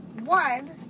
One